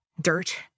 dirt